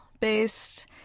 based